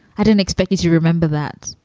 i didn't expect you to remember that.